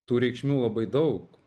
tų reikšmių labai daug